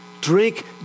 Drink